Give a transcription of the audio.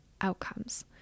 outcomes